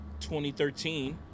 2013